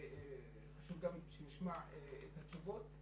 חשוב גם שנשמע את התשובות.